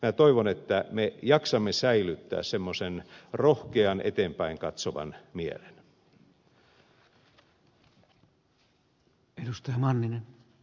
minä toivon että me jaksamme säilyttää semmoisen rohkean eteenpäin katsovan mielen